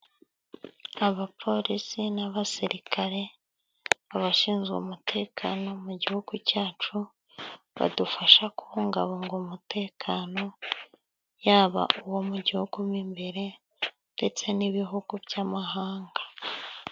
Abapolisi n'abasirikare, abashinzwe umutekano mu gihugu cyacu badufasha kubungabunga umutekano, yaba uwo mu gihugu imbere ndetse n'ibihugu by'amahanga.